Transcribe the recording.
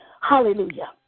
Hallelujah